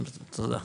תודה,